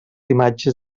imatges